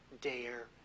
dare